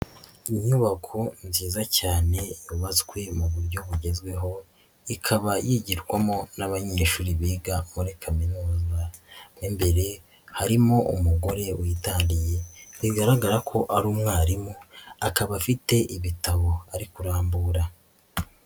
Inyubako nziza cyane yubatswe mu buryo bugezweho, ikaba yigirwamo n'abanyeshuri biga muri kaminuza, mo imbere harimo umugore witandiye bigaragara ko ari umwarimu, akaba afite ibitabo ari kurambura.